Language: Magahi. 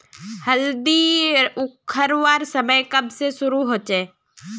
हल्दी उखरवार समय कब से शुरू होचए?